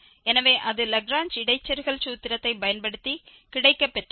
எனவே அது லாக்ரேஞ்ச் இடைச்செருகல் சூத்திரத்தை பயன்படுத்தி கிடைக்கப்பெற்றது